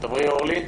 אספר לכם